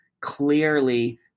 clearly